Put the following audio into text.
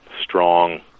strong